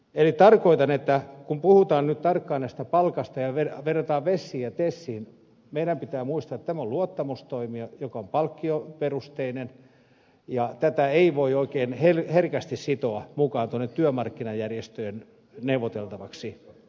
eli tarkoitan että kun puhutaan nyt tarkkaan tästä palkasta ja verrataan vesiin ja tesiin niin meidän pitää muistaa että tämä on luottamustoimi joka on palkkioperusteinen ja tätä ei voi oikein herkästi sitoa mukaan tuonne työmarkkinajärjestöjen neuvoteltavaksi